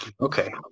okay